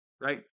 right